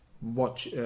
watch